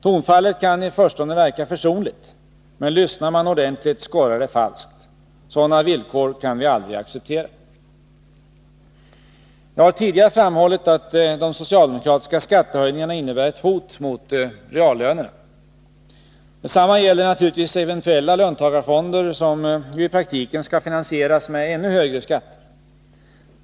Tonfallet kan i förstone verka försonligt, men lyssnar man ordentligt skorrar det falskt. Sådana villkor kan vi aldrig acceptera. Jag har tidigare framhållit att de socialdemokratiska skattehöjningarna innebär ett hot mot reallönerna. Detsamma gäller naturligtvis eventuella löntagarfonder, som ju i praktiken skall finansieras med ännu högre skatter.